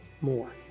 more